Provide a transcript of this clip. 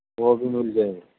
وہ بھی مل جائیں گے